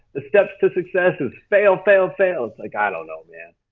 the steps to success is fail, fail, fail. it's like i don't know man.